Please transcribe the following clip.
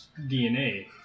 DNA